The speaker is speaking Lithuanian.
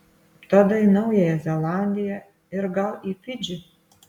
tada į naująją zelandiją ir gal į fidžį